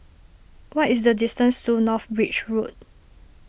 what is the distance to North Bridge Road